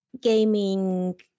gaming